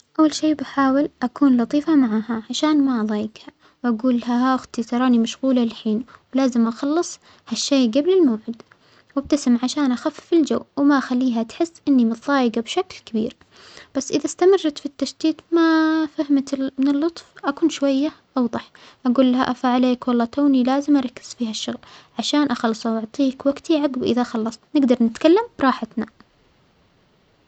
أول شيء بحاول أكون لطيفة معاها عشان ما أضايجها، وأجولها أختر تراني مشغولة هالحين ولازم أخلص هالشى جبل الموعد، وأبتسم عشان أخفف الجو وما أخليها تحس إنى متظايجة بشكل كبير، بس إذا إستمرت في التشتيت ماا فهمت من اللطف أكون شوية أوضح، أجولها أوف عليك والله تونى لازم أركز في هالشغل عشان أخلصه وأعطيك وجتى عجب إذا خلصت نجدر نتكلم براحتنا.